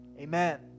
amen